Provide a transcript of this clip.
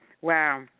Wow